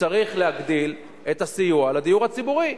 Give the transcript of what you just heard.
שצריך להגדיל את הסיוע לדיור הציבורי.